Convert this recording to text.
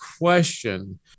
question